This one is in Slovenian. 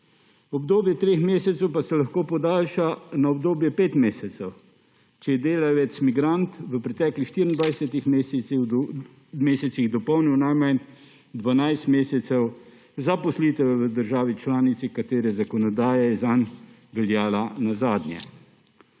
Obdobje treh mesecev pa se lahko podaljša na obdobje pet mesecev, če je delavec migrant v preteklih 24 mesecih dopolnil najmanj 12 mesecev zaposlitve v državi članici, katere zakonodaja je zanj veljala nazadnje.